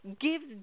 gives